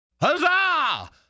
Huzzah